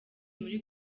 muri